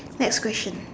next question